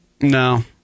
No